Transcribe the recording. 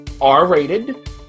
R-rated